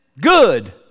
good